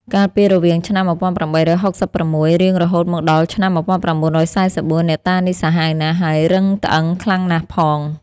កាលពីរវាងឆ្នាំ ១៨៦៦ រៀងរហូតមកដល់ឆ្នាំ ១៩៤៤ អ្នកតានេះសាហាវណាស់ ហើយរឹងត្អឹងខ្លាំងណាស់ផង